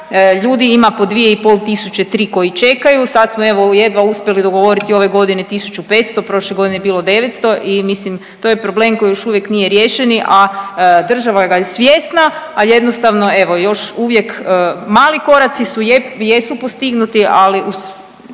i pol tisuće, tri koji čekaju. Sad smo evo jedva uspjeli dogovoriti ove godine 1500. Prošle godine je bilo 900 i mislim to je problem koji još uvijek nije riješeni, a država ga je svjesna ali jednostavno evo još uvijek mali koraci jesu postignuti, ali uz